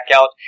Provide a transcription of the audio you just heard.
out